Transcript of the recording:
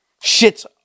Shit's